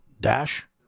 dash